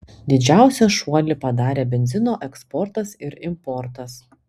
didžiausią šuolį padarė benzino eksportas ir importas